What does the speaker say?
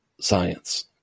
science